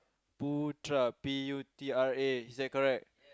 Putra P U T R A is that correct